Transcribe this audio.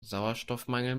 sauerstoffmangel